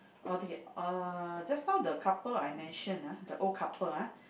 altogether uh just now the couple I mentioned ah the old couple ah